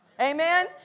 Amen